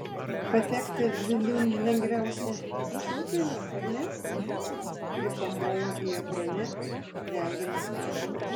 patekti vidun lengviausia šiuo keliu ar ne ji pamojo į ekrane regimą statinį